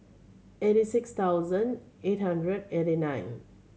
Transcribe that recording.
eighty six thousand eight hundred eighty nine